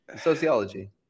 sociology